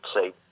say